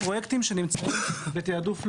פרויקטים שנמצאים בתעדוף לאומי.